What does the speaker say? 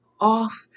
off